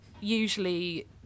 Usually